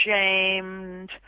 shamed